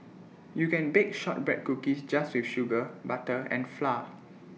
you can bake Shortbread Cookies just with sugar butter and flour